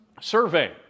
survey